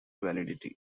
validity